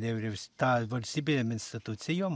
nevyriaus tą valstybinėm institucijom